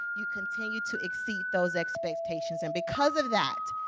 you continue to exceed those expectations, and because of that,